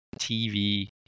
TV